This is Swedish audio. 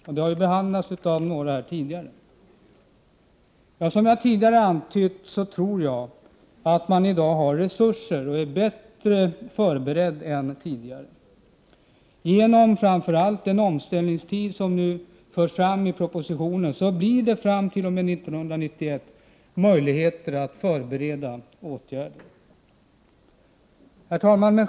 Detta har även behandlats av tidigare talare? Jag tror att da FOSS man i dag har resurser och är bättre förberedd än vad man var tidigare. == 8 Z Genom framför allt den omställningstid som nu föreslås i propositionen ges möjligheter att förbereda åtgärder fram till 1991. Herr talman!